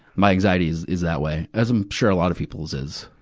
my anxiety is is that way, as i'm sure a lot of people's is.